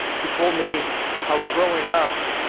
he told me how, growing up,